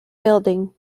building